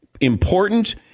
important